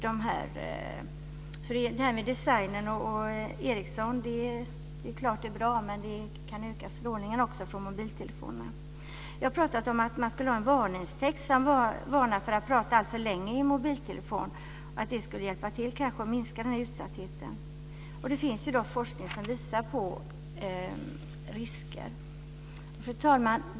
Det är klart att detta med designen och Ericsson är bra, men det kan öka strålningen från mobiltelefonerna. Jag har talat om att man borde ha en varningstext som varnar för att prata alltför länge i en mobiltelefon och att det kanske skulle hjälpa till att minska utsattheten. Det finns ju forskning som visar på risker. Fru talman!